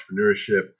entrepreneurship